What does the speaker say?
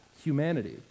Humanity